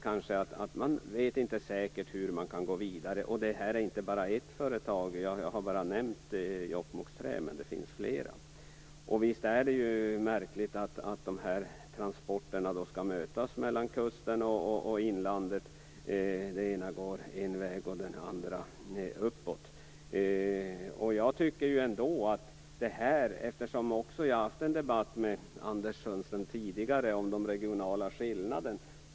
Man vet inte säkert hur man skall gå vidare, och det gäller inte bara ett företag. Jag har bara nämnt Jokkmokks Trä, men det finns flera. Det är märkligt att de här transporterna skall mötas mellan kusten och inlandet. Det ena går en väg och det andra går en annan. Jag har tidigare haft en debatt med Anders Sundström om de regionala skillnaderna.